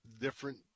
different